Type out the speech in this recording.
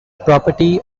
property